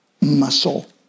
muscle